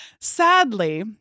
sadly